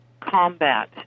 combat